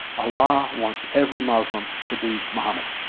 allah wants every muslim to be mohammed.